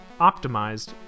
optimized